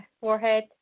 forehead